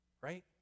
right